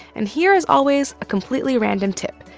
and here, as always, a completely random tip,